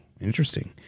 interesting